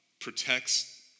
protects